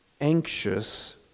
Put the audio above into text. anxious